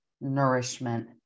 nourishment